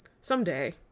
Someday